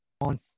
on